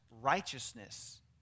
righteousness